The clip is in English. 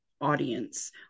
audience